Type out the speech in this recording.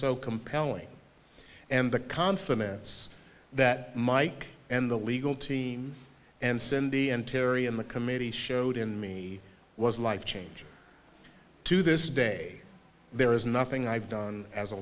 so compelling and the confidence that mike and the legal team and cindy and terry and the committee showed in me was life changing to this day there is nothing i've done as a